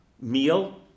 meal